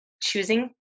choosing